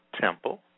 temple